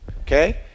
Okay